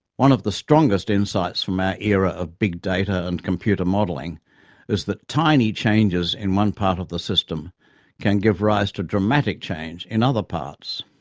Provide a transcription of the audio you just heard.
one of the strongest insights from our era of big data and computer modeling is that tiny changes in one part of the system can give rise to dramatic change in other parts.